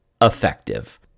Effective